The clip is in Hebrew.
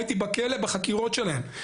הייתי בכלא בחקירות שלהם,